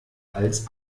als